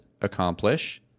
accomplish